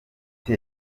bite